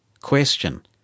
question